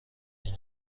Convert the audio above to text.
این